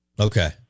Okay